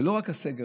זה לא רק הסגר,